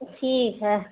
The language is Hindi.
ठीक है